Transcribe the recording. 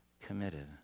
committed